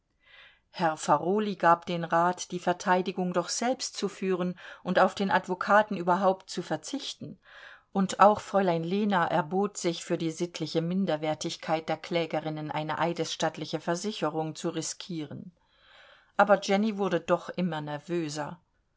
herr farolyi gab den rat die verteidigung doch selbst zu führen und auf den advokaten überhaupt zu verzichten und auch fräulein lena erbot sich für die sittliche minderwertigkeit der klägerinnen eine eidesstattliche versicherung zu riskieren aber jenny wurde doch immer nervöser